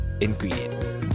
ingredients